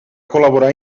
col·laborar